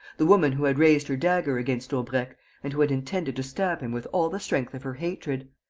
the woman who had raised her dagger against daubrecq and who had intended to stab him with all the strength of her hatred.